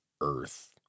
Earth